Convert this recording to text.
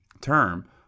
term